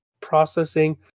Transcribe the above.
processing